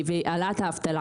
והעלאת האבטלה.